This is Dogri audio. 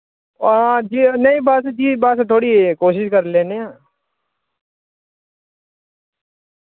हां जी नेईं बस जी बस थोह्ड़ी कोशिश कर लेन्ने आं